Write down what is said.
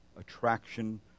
attraction